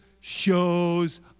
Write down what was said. shows